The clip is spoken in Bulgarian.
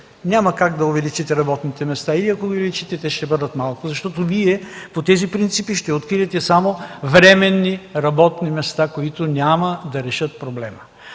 Няма как да увеличите работните места или ако ги увеличите, те ще бъдат малко, защото Вие по тези принципи ще откриете само временни работни места, които няма да решат проблема.